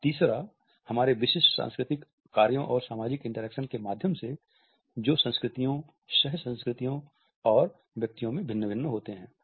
और तीसरा हमारे विशिष्ट सांस्कृतिक कार्यों और सामाजिक इंटरैक्शन के माध्यम से जो संस्कृतियों सह संस्कृतियों और व्यक्तियों में भिन्न होते हैं